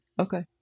Okay